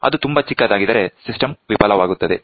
ಅದು ತುಂಬಾ ಚಿಕ್ಕದಾಗಿದ್ದರೆ ಸಿಸ್ಟಂ ವಿಫಲವಾಗುತ್ತದೆ